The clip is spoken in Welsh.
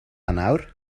nawr